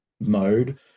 mode